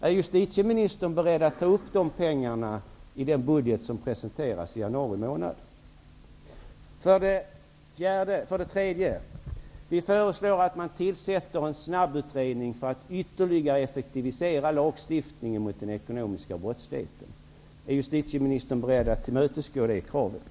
Är justitieministern beredd att ta upp de pengarna i den budget som presenteras i januari månad? Vi föreslår vidare att man tillsätter en snabbutredning för att ytterligare effektivisera lagstiftningen mot den ekonomiska brottsligheten. Min tredje fråga är: Är justitieministern beredd att tillmötesgå det kravet?